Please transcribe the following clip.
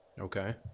Okay